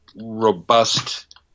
robust